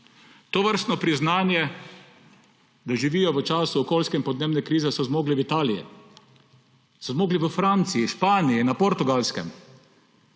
Tovrstno priznanje, da živijo v času okoljske in podnebne krize, so zmogli v Italiji, so zmogli v Franciji, Španiji, na Portugalskem.